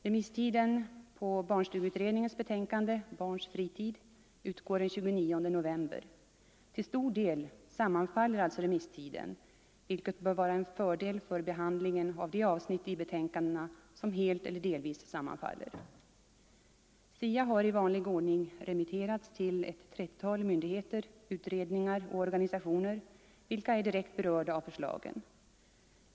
Remisstiden på barnstugeutredningens betänkande Barns fritid utgår den 29 november. Till stor del sammanfaller alltså remisstiden, vilket bör vara en fördel för behandlingen av de avsnitt i betänkandena som helt eller delvis sammanfaller. SIA har i vanlig ordning remitterats till ett 30-tal myndigheter, utredningar och organisationer vilka är direkt berörda av förslagen.